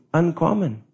uncommon